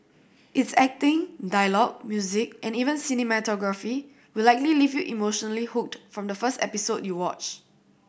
its acting dialogue music and even cinematography will likely leave you emotionally hooked from the first episode you watch